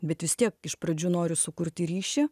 bet vis tiek iš pradžių noriu sukurti ryšį